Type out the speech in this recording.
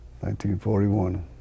1941